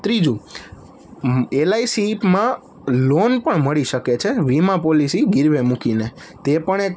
ત્રીજું એલઆઇસીમાં લોન પણ મળી શકે છે વીમા પોલિસી ગીરવે મૂકીને તે પણ એક